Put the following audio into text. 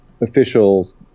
officials